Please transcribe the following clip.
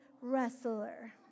wrestler